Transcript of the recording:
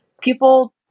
People